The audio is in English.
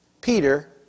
Peter